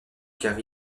car